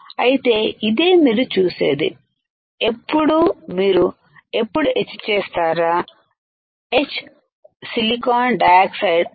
అయితే ఇదే మీరు చూసేది ఎప్పుడూ మీరు ఎప్పుడు ఎచ్ చేస్తారా సిలికాన్ డయాక్సైడ్అవునా